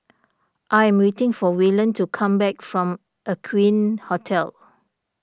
I am waiting for Waylon to come back from Aqueen Hotel